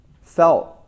felt